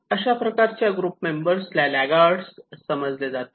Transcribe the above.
अशा प्रकारच्या ग्रुप मेंबरला ला लागार्ड्स समजले जाते